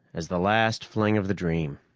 as the last fling of the dream.